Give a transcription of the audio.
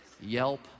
Yelp